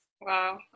Wow